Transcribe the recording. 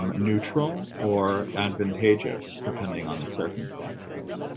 um neutral, or advantageous depending on the circumstances.